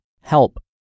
help